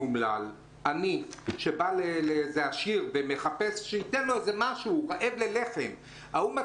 אומלל ועני שפונה לעשיר ומבקש ממנו משהו כי הוא רעב ללחם.